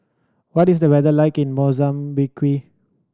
what is the weather like in Mozambique